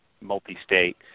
multi-state